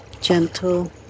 gentle